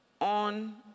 on